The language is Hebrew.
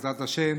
בעזרת השם,